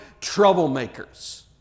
troublemakers